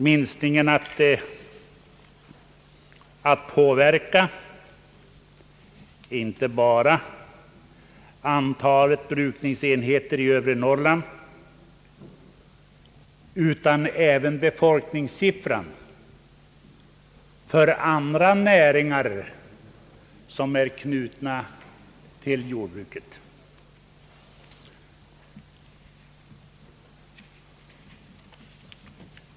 Minskningen kommer att påverka inte bara antalet brukningsenheter i övre Norrland, utan även antalet människor som är sysselsatta i andra näringar som är knutna till jordbruket.